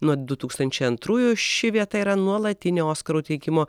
nuo du tūkstančiai antrųjų ši vieta yra nuolatinė oskarų teikimo